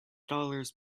dollars